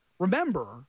Remember